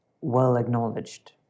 well-acknowledged